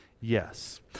yes